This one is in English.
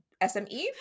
SME